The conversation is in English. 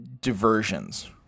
diversions